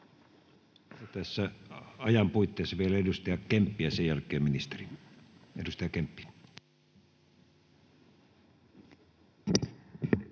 Tässä ajan puitteissa vielä edustaja Kemppi ja sen jälkeen ministeri.